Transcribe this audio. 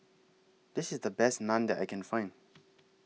This IS The Best Naan that I Can Find